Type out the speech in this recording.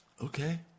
Okay